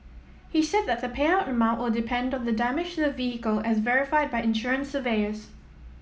he said that the payout amount will depend of the damage the vehicle as verified by insurance surveyors